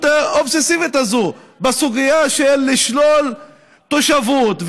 האובססיבית הזאת בסוגיה של לשלול תושבות,